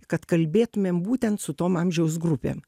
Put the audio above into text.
kad kalbėtumėm būtent su tom amžiaus grupėm